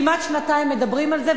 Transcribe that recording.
כמעט שנתיים מדברים על זה,